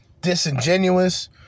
disingenuous